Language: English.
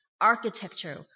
Architecture